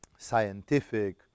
scientific